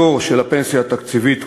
הדור של הפנסיה התקציבית,